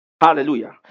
Hallelujah